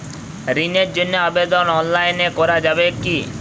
ঋণের জন্য আবেদন অনলাইনে করা যাবে কি?